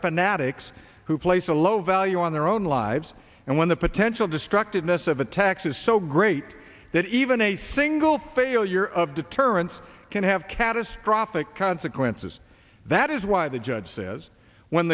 fanatics who place a low value on their own lives and when the potential destructiveness of attacks is so great that even a single failure of deterrence can have catastrophic consequences that is why the judge says when